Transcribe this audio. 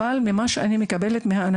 אבל ממה שאני מבינה,